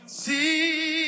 see